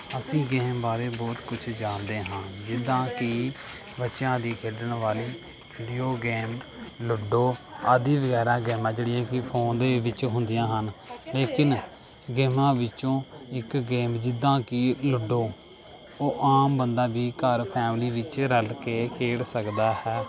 ਅਸੀਂ ਗੇਮ ਬਾਰੇ ਬਹੁਤ ਕੁਛ ਜਾਣਦੇ ਹਾਂ ਜਿੱਦਾਂ ਕਿ ਬੱਚਿਆਂ ਦੀ ਖੇਡਣ ਵਾਲੀ ਵੀਡੀਓ ਗੇਮ ਲੁੱਡੋ ਆਦਿ ਵਗੈਰਾ ਗੇਮਾਂ ਜਿਹੜੀਆਂ ਕਿ ਫੋਨ ਦੇ ਵਿੱਚ ਹੁੰਦੀਆਂ ਹਨ ਲੇਕਿਨ ਗੇਮਾਂ ਵਿੱਚੋਂ ਇੱਕ ਗੇਮ ਜਿੱਦਾਂ ਕਿ ਲੁੱਡੋ ਉਹ ਆਮ ਬੰਦਾ ਵੀ ਘਰ ਫੈਮਲੀ ਵਿੱਚ ਰਲ ਕੇ ਖੇਡ ਸਕਦਾ ਹੈ